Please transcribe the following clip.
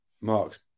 Mark's